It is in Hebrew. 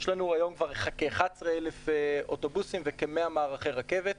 יש לנו היום כבר כ-11,000 אוטובוסים וכ-100 מערכי רכבת.